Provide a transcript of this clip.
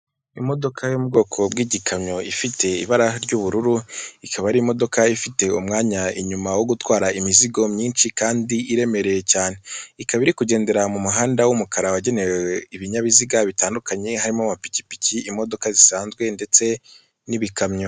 Imodoka yo mu bwoko bw'igikamyo ifite ibara ry'ubururu, ikaba ari imodoka ifite umwanya inyuma wo gutwara imizigo myinshi kandi iremereye cyane, ikaba iri kugendera mu muhanda w'umukara wagenewe ibinyabiziga bitandukanye harimo amapikipiki, imodoka zisanzwe, ndetse n'ibikamyo.